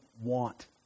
want